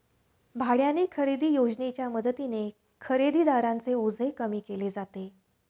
भाड्याने खरेदी योजनेच्या मदतीने खरेदीदारांचे ओझे कमी केले जाते